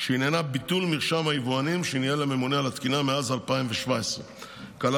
שעניינה ביטול מרשם היבואנים שניהל הממונה על התקינה מאז 2017. הקלה